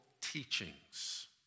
teachings